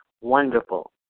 Wonderful